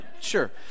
Sure